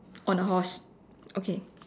on a horse okay